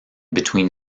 between